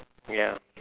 ya